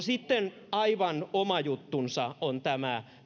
sitten aivan oma juttunsa on tämä